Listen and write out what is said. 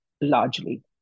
largely